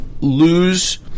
lose